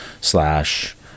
slash